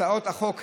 הצעות החוק האלה,